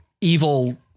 evil